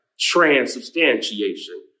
transubstantiation